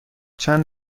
چند